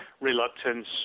reluctance